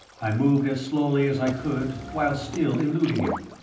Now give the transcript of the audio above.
i moved as slowly as i could while still eluding him.